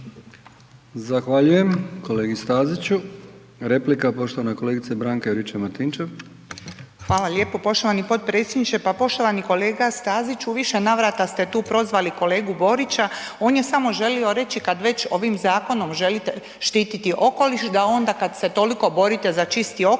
Zahvaljujem kolegi Staziću. Replika, poštovana kolegica Branka Juričev Martinčev. **Juričev-Martinčev, Branka (HDZ)** Hvala lijepo poštovani potpredsjedniče. Pa poštovani kolega Stazić, u više navrata ste tu prozvali kolegu Borića, on je samo želio reći kad već ovim zakonom želite štititi okoliš, da onda kad se toliko borite za čisti okoliš